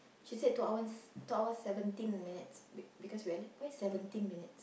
she said two hours two hours seventeen minutes be because we are late seventeen minutes